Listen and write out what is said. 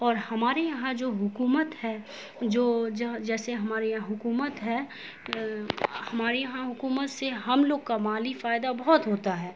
اور ہمارے یہاں جو حکومت ہے جو جیسے ہمارے یہاں حکومت ہے ہمارے یہاں حکومت سے ہم لوگ کا مالی فائدہ بہت ہوتا ہے